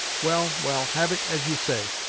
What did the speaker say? well, well, have it as you say.